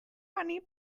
bunny